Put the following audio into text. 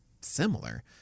similar